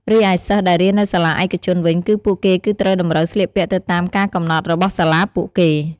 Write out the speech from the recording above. រីឯសិស្សដែលរៀននៅសាលាឯកជនវិញ គឺពួកគេគឺត្រូវតម្រូវស្លៀកពាក់ទៅតាមការកំណត់របស់សាលាពួកគេ។